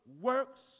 works